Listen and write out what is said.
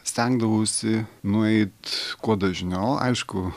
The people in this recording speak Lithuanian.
stengdavausi nueit kuo dažniau aišku